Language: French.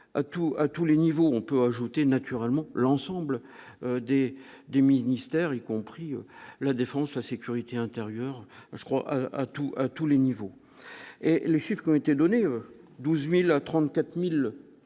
à tous les niveaux on peut ajouter naturellement l'ensemble des des ministères, y compris la défense, la sécurité intérieure, je crois à tous, à tous les niveaux et les chiffres ont été donnés 12000 à 34000